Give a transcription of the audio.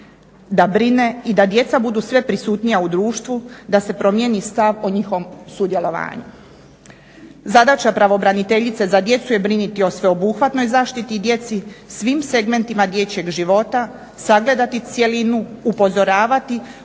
da brine i da djeca budu sve prisutnija u društvu, da se promijeni stav o njihovom sudjelovanju. Zadaća pravobraniteljice za djecu je brinuti o sveobuhvatnoj zaštiti i djeci, svim segmentima dječjeg života sagledati cjelinu, upozoravati